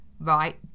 right